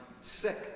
sick